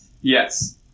Yes